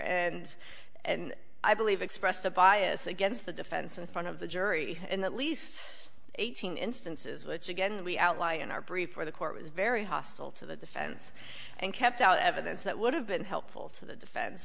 here and i believe expressed a bias against the defense in front of the jury in the least eighteen instances which again we outlined in our brief for the court was very hostile to the defense and kept out evidence that would have been helpful to the defense